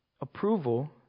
approval